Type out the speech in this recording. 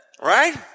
Right